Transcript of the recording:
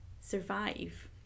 survive